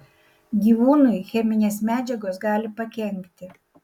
gyvūnui cheminės medžiagos gali pakenkti